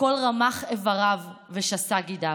בכל רמ"ח איבריו ושס"ה גידיו.